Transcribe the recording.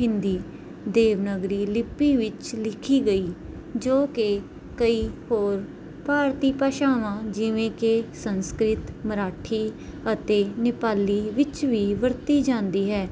ਹਿੰਦੀ ਦੇਵਨਾਗਰੀ ਲਿਪੀ ਵਿੱਚ ਲਿਖੀ ਗਈ ਜੋ ਕਿ ਕਈ ਹੋਰ ਭਾਰਤੀ ਭਾਸ਼ਾਵਾਂ ਜਿਵੇਂ ਕਿ ਸੰਸਕ੍ਰਿਤ ਮਰਾਠੀ ਅਤੇ ਨੇਪਾਲੀ ਵਿੱਚ ਵੀ ਵਰਤੀ ਜਾਂਦੀ ਹੈ